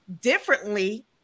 differently